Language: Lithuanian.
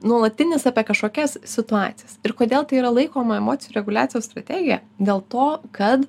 nuolatinis apie kažkokias situacijas ir kodėl tai yra laikoma emocijų reguliacijos strategija dėl to kad